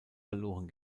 verloren